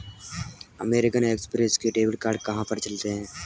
American Express के debit card कहाँ पर चलते हैं?